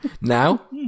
Now